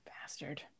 Bastard